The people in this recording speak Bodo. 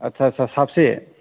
आदसा आदसा साबेसे